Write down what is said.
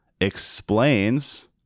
explains